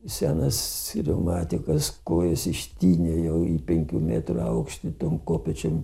senas reumatikas kojos ištinę jau į penkių metrų aukštį tom kopėčiom